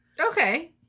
Okay